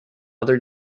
other